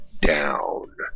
down